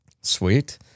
sweet